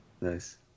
Nice